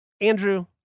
Andrew